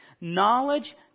Knowledge